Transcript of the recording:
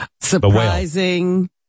Surprising